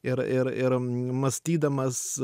ir ir ir mąstydamas